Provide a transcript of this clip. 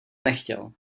nechtěl